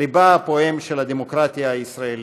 ליבה הפועם של הדמוקרטיה הישראלית.